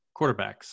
quarterbacks